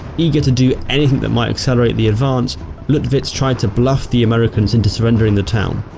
eager to do anything that might accelerate the advance luttiwitz tried to bluff the americans into surrendering the town.